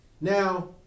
Now